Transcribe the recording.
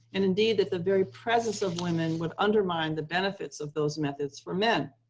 and indeed that the very presence of women would undermine the benefits of those methods for men.